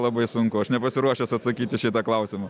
labai sunku aš nepasiruošęs atsakyt į šitą klausimą